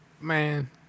Man